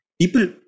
people